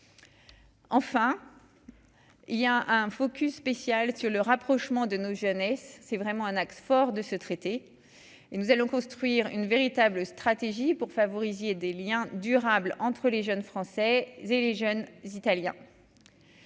Enfin, il y a un focus spécial sur le rapprochement de nos jeunes et c'est vraiment un axe fort de ce traité et nous allons construire une véritable stratégie pour favoriser des Liens durables entre les jeunes Français et les jeunes. Ainsi,